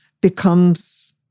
becomes